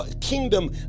kingdom